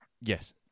yes